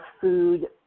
food